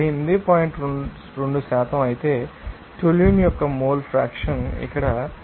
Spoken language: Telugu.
2 అయితే టోలున్ యొక్క మోల్ ఫ్రాక్షన్ ఇక్కడ 41